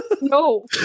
No